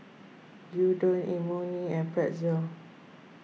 Gyudon Imoni and Pretzel